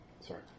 Sorry